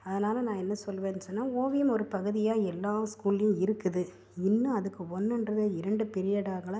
அதனால் நான் என்ன சொல்லுவேன்னு சொன்னால் ஓவியம் ஒரு பகுதியாக எல்லா ஸ்கூல்லேயும் இருக்குது இன்னும் அதுக்கு ஒன்னுன்றது இரண்டு பீரியட் ஆகல